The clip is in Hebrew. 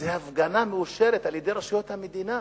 זה הפגנה מאושרת על-ידי רשויות המדינה.